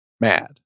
mad